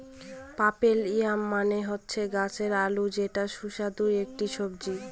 purple yam মানে হচ্ছে গাছ আলু যেটা সুস্বাদু একটি সবজি